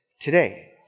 today